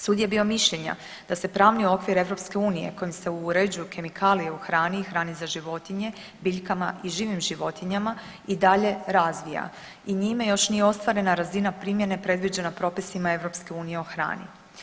Sud je bio mišljenja da se pravni okvir EU kojim se uređuju kemikalije u hrani i hrani za životinje biljkama i živim životinjama i dalje razvija i njime još nije ostvarena razina primjene predviđena propisima EU o hrani.